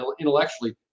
intellectually